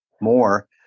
more